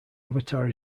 avatar